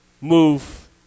move